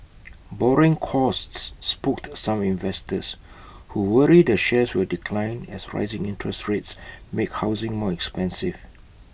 borrowing costs spooked some investors who worry the shares will decline as rising interest rates make housing more expensive